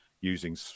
using